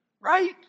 right